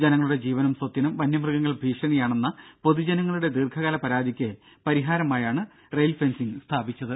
ജനങ്ങളുടെ ജീവനും സ്വത്തിനും വന്യമൃഗങ്ങൾ ഭീഷണിയാണെന്ന് പൊതുജനങ്ങളുടെ ദീർഘകാല പരാതിക്ക് പരിഹാരമായാണ് റെയിൽ ഫെൻസിംഗ് സ്ഥാപിച്ചത്